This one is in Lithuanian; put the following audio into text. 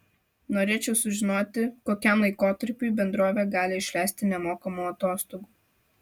norėčiau sužinoti kokiam laikotarpiui bendrovė gali išleisti nemokamų atostogų